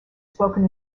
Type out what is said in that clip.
spoken